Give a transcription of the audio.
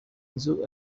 nzu